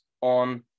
on